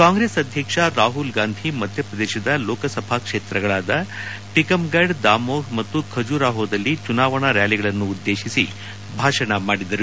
ಕಾಂಗ್ರೆಸ್ ಅಧ್ಯಕ್ಷ ರಾಹುಲ್ ಗಾಂಧಿ ಮಧ್ಯಪ್ರದೇತದ ಲೋಕಸಭಾ ಕ್ಷೇತ್ರಗಳಾದ ಟಕಮ್ಗಢ ದಾಮೊಹ್ ಮತ್ತು ಖಜೂರಾಹೊದಲ್ಲಿ ಚುನಾವಣಾ ರ್ಕಾಲಿಗಳನ್ನುಉದ್ವೇತಿಸಿ ಭಾಷಣ ಮಾಡಿದರು